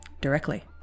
directly